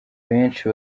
benshi